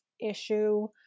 issue